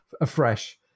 afresh